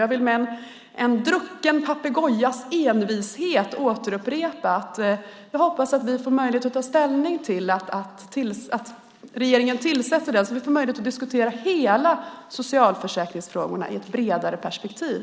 Jag vill med en drucken papegojas envishet upprepa att jag hoppas att regeringen tillsätter den så att vi får möjlighet att diskutera alla socialförsäkringsfrågorna i ett bredare perspektiv.